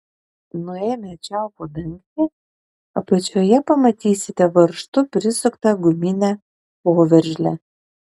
nuėmę čiaupo dangtį apačioje pamatysite varžtu prisuktą guminę poveržlę